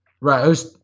Right